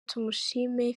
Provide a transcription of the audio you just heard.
tumushime